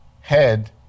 head